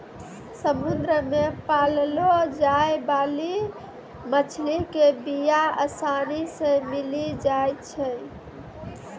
समुद्र मे पाललो जाय बाली मछली के बीया आसानी से मिली जाई छै